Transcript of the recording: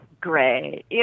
great